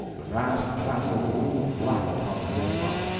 the vast castle loomed black upon the hilltop,